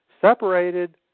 separated